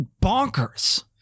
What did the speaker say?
bonkers